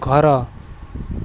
ଘର